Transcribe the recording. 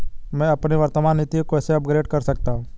मैं अपनी वर्तमान नीति को कैसे अपग्रेड कर सकता हूँ?